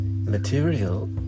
material